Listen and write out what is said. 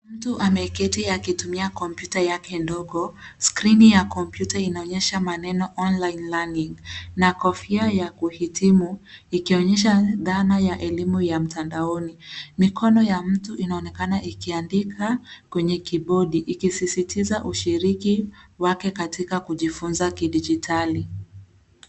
Mtu ameketi akitumia kompyuta yake ndogo. Skrini ya kompyuta inaonyesha maneno online learning na kofia ya kuhitimu ikionyesha dhana ya elimu ya mtandaoni. Mikono ya mtu inaonekana ikiandika kwenye kibodi ikisisitiza ushiriki wake katika kujifunza kidigitali.